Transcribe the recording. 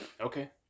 Okay